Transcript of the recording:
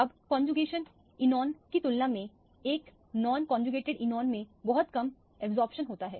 अब conjugated anion की तुलना में एक नॉन कौनजुकेटेड एनोन में बहुत कम अब्जॉर्प्शन होता है